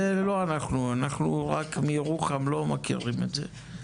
זה לא אנחנו, אנחנו רק מירוחם, לא מכירים את זה.